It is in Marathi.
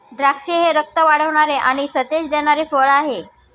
द्राक्षे हे रक्त वाढवणारे आणि सतेज देणारे फळ आहे